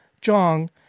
Jong